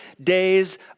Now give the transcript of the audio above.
days